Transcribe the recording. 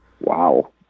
Wow